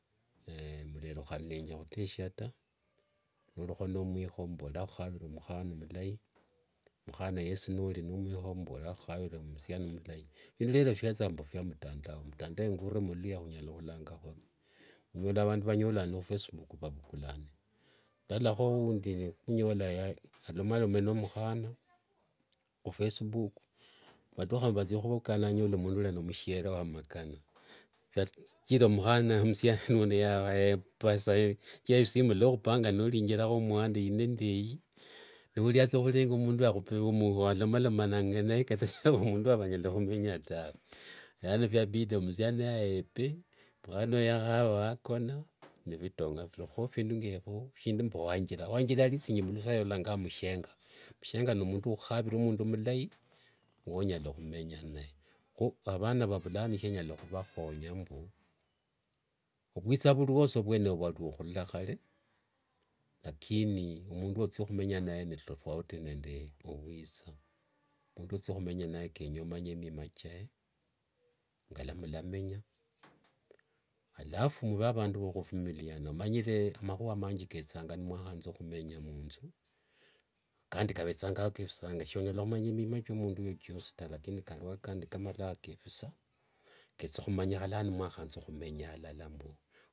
mbu khandi rero sinya khuteshia taa norikho nomwikho muvoree akhukhavire omukhana mulai, mukhana wesi nori nde mwikho muvoree akhukhavire musiani mulai phindu rero phietha mbu phiamutandao ngorue mululuya khunyala khulanga khurie onyola vandu vanyolanire khufacebook vavukulane ndalolakho uundi khonyola alomalome nomukhana khufacebook vatukha mbu vathia khukutana vanyola mundu uria nomushere wamakana kachira musiani uno shichira isimu ngiluokhupanga nori injerekha omwandai eeii nde eeii nuria athia khurenga mundu walomalomanga naye kata shava mundu wavanyala khumenya naye tawe lano phiabida musiani uno ayepe mukhana oyo yakhava wakona niphitonga phirio kho vindu ngepho shindu mbu wanjira, wanjira yarithingi muluswakhiri valanga mbu mushenga, mushenga ni mundu ukhukhavira mundu mulai winyala khumenya naye kho avana va vulano shenyala khuvakhonya mbu vwitha vurio saa vuene vwarithingio khurula khare lakini omundu wothia khumenya naye nitofauti nende ovwitha mundu wothia khumenya naye kenya omanye mima kiaye ngala mulamenya alafu muve avandu vakhuvumiliana omanyire makhuwa mangi kethanga mwakhanza khumenya munnzu kandi kavethangao kevisanga sonyala khumanya mima kia mundu oyo kiosi taa lakini kario kandi kamalanga kekisa ketha khumanyikha mwakhanza khumenya alala.